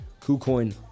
KuCoin